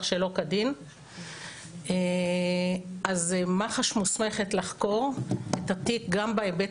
שלא כדין אז מח"ש מוסמכת לחקור את התיק גם בהיבט